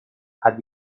had